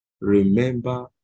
Remember